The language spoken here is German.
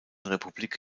republik